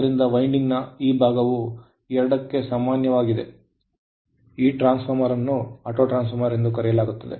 ಆದ್ದರಿಂದ ವೈಂಡಿಂಗ್ ನ ಆ ಭಾಗವು ಎರಡಕ್ಕೂ ಸಾಮಾನ್ಯವಾಗಿದೆ ಟ್ರಾನ್ಸ್ ಫಾರ್ಮರ್ ಅನ್ನು ಆಟೋಟ್ರಾನ್ಸ್ ಫಾರ್ಮರ್ ಎಂದು ಕರೆಯಲಾಗುತ್ತದೆ